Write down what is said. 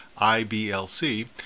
IBLC